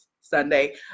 sunday